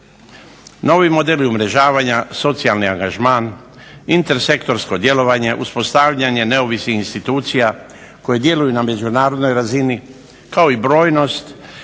Novi modeli umrežavanja, socijalni angažman, intersektorsko djelovanje, uspostavljanje neovisnih institucija koji djeluju na međunarodnoj razini, kao i brojnost,